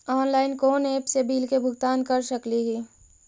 Online कोन app से bill के भुगतान कर सकली ही?